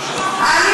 שיביאו תיקון נורמלי.